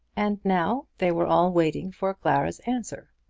and now they were all waiting for clara's answer.